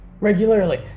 regularly